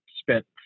spent